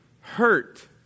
hurt